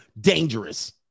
dangerous